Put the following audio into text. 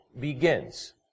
begins